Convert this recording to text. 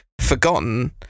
forgotten